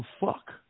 fuck